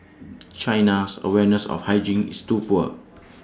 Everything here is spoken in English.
China's awareness of hygiene is too poor